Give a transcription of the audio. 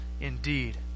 indeed